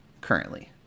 currently